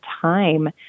time